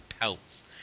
pelts